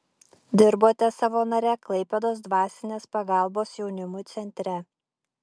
dirbote savanore klaipėdos dvasinės pagalbos jaunimui centre